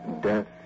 death